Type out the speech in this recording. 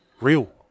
real